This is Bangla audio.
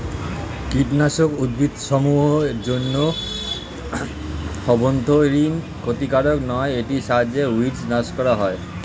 কীটনাশক উদ্ভিদসমূহ এর জন্য অভ্যন্তরীন ক্ষতিকারক নয় এটির সাহায্যে উইড্স নাস করা হয়